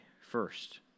first